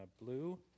blue